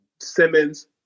Simmons